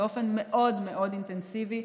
באופן מאוד מאוד אינטנסיבי,